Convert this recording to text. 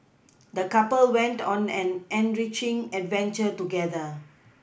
the couple went on an enriching adventure together